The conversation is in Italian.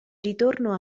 ritorno